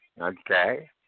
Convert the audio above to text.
Okay